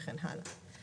וכן הלאה.